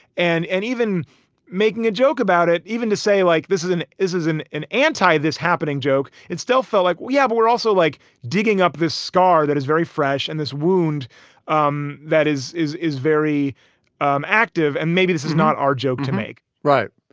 and and even making a joke about it even to say like this is an is is an an anti this happening joke. it still felt like we have. but we're also like digging up this scar that is very fresh and this wound um that is is very um active. and maybe this is not our joke to make, right?